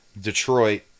Detroit